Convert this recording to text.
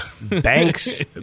Banks